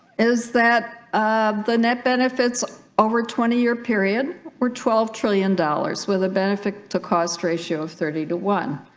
is that the net benefits over twenty year period were twelve trillion dollars with a benefit to cost ratio of thirty to one